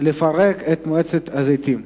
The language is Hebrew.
לפרק את מועצת הזיתים,